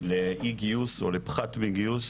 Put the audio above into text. לאי גיוס או לפחת בגיוס